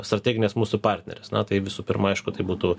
strateginės mūsų partnerės na tai visų pirma aišku tai būtų